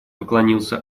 поклонился